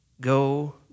Go